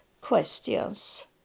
questions